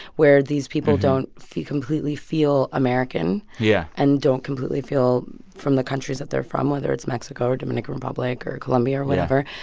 where these people don't completely feel american. yeah. and don't completely feel from the countries that they're from, whether it's mexico or dominican republic or colombia or whatever.